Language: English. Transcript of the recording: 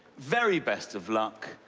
very best of luck.